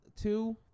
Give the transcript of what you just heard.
two